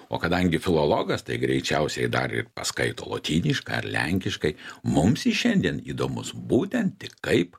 o kadangi filologas tai greičiausiai dar ir paskaito lotyniškai ar lenkiškai mums jis šiandien įdomus būtent tik kaip